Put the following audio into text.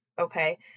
okay